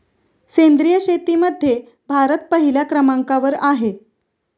सेंद्रिय शेतीमध्ये भारत पहिल्या क्रमांकावर आहे